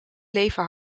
leven